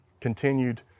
continued